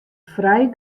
frij